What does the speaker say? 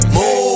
Move